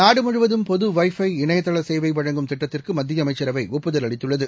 நாடுமுழுவதும் பொது wifi இணையதள சேவை வழங்கும் திட்டத்திற்கு மத்திய அமைச்சரவை ஒப்புதல் அளித்துள்ளது